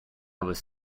was